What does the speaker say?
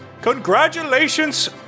Congratulations